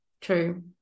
True